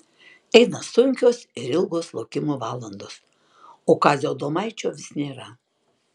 eina sunkios ir ilgos laukimo valandos o kazio adomaičio vis nėra